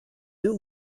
deux